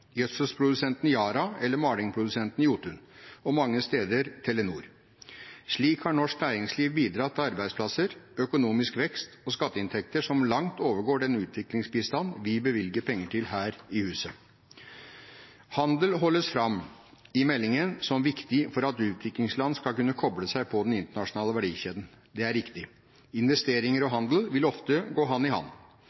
Yara eller malingsprodusenten Jotun og mange steder Telenor. Slik har norsk næringsliv bidratt til arbeidsplasser, økonomisk vekst og skatteinntekter som langt overgår den utviklingsbistand vi bevilger penger til her i huset. Handel holdes fram i meldingen som viktig for at utviklingsland skal kunne koble seg på den internasjonale verdikjeden. Det er riktig. Investeringer og